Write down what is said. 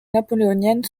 napoléonienne